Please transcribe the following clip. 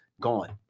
gone